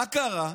מה קרה?